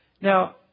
Now